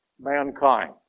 mankind